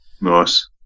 Nice